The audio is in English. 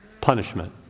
punishment